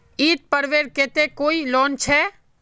ईद पर्वेर केते कोई लोन छे?